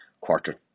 Quarter